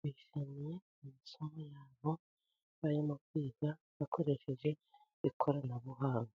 Bishimiye amasomo yabo barimo kwiga bakoresheje ikoranabuhanga.